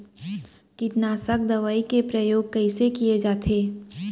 कीटनाशक दवई के प्रयोग कइसे करे जाथे?